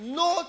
no